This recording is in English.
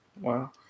Wow